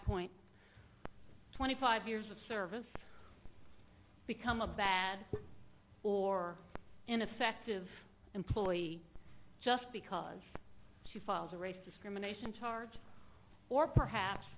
point twenty five years of service become a bad or ineffective employee just because she files a race discrimination towards or perhaps